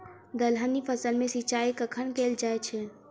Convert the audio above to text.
दलहनी फसल मे सिंचाई कखन कैल जाय छै?